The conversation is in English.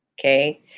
Okay